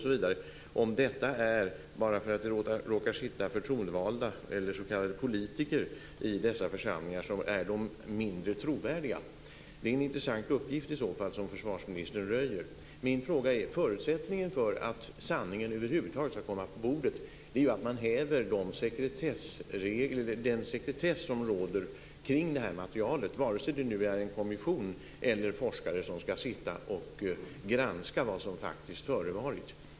Är det så att bara för att det råkar sitta förtroendevalda eller s.k. politiker i dessa församlingar de är mindre trovärdiga? Det är en intressant uppgift som försvarsministern i så fall röjer. Förutsättningen för att sanningen över huvud taget ska komma på bordet är ju att man häver den sekretess som råder kring det här materialet, vare sig det nu är en kommission eller forskare som ska sitta och granska vad som faktiskt förevarit.